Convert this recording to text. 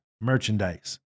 merchandise